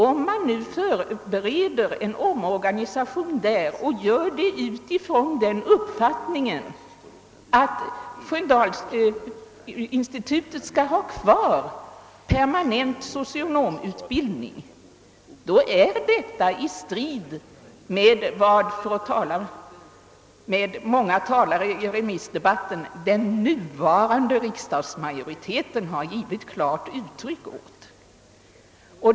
Om Diakonsällskapet nu förbereder en omorganisation och gör det med utgångspunkt i den uppfattningen att Sköndalsinstitutet skall ha kvar permanent socionomutbildning, står detta i strid mot vad — för att tala med många talare i remissdebatten — den nuvarande riksdagsmajoriteten har gett klart uttryck åt.